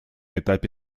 этапе